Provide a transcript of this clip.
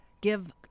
give